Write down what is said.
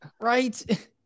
Right